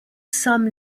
some